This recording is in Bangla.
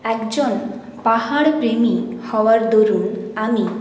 একজন পাহাড়প্রেমী হওয়ার দরুণ আমি